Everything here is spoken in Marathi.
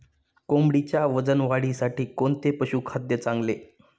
कोंबडीच्या वजन वाढीसाठी कोणते पशुखाद्य चांगले?